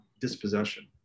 dispossession